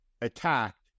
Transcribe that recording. attacked